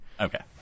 Okay